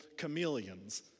chameleons